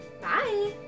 Bye